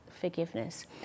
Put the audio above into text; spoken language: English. forgiveness